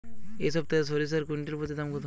এই সপ্তাহে সরিষার কুইন্টাল প্রতি দাম কত?